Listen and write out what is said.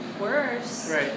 worse